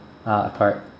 ah correct